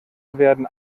werden